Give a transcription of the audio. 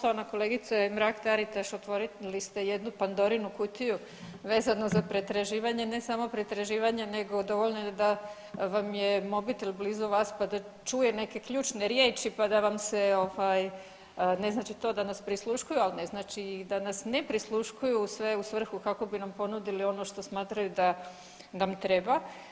Poštovana kolegice Mrak-Taritaš, otvorili ste jednu Pandorinu kutiju vezanu za pretraživanje ne samo pretraživanje, nego dovoljno je da je mobitel blizu vas, pa da čuje neke ključne riječi, pa da vam se, ne znači to da nas prisluškuju, ali ne znači da nas ne prisluškuju sve u svrhu kako bi nam ponudili ono što smatraju da nam treba.